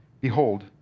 behold